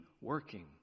working